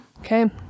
Okay